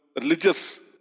religious